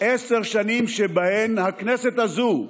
עשר שנים שבהן הכנסת הזאת,